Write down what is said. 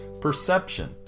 perception